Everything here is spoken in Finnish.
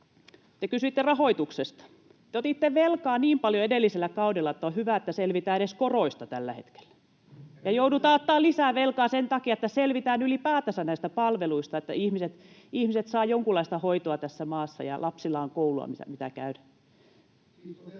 Te kysyitte rahoituksesta. Te otitte velkaa niin paljon edellisellä kaudella, että on hyvä, että selvitään edes koroista tällä hetkellä. Ja joudutaan ottamaan lisää velkaa sen takia, että selvitään ylipäätänsä näistä palveluista, että ihmiset saavat jonkunlaista hoitoa tässä maassa ja lapsilla on koulua, mitä pitää käydä.